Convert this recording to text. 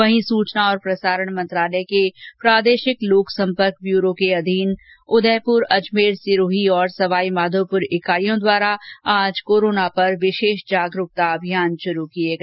वहीं सूचना और प्रसारण मंत्रालय के प्रादेशिक लोक संपर्क ब्यूरो के अधीन उदयपुर अजमेर सिरोही और सवाई माधोपुर इकाई द्वारा आज कोरोना पर विशेष जागरुकता अभियान का शुरू किया गया